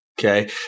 Okay